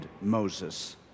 Moses